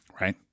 right